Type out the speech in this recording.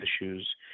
issues